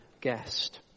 guest